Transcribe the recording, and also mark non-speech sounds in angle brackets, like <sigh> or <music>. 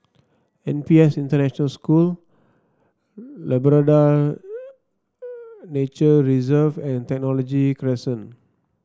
N P S International School Labrador <noise> Nature Reserve and Technology Crescent